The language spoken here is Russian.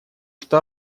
что